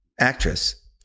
actress